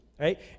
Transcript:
right